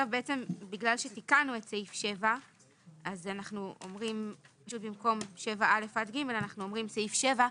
בגלל שתיקנו את סעיף 7 אז פשוט במקום 7(א) עד (ג) אנחנו אומרים סעיף 7,